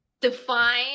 define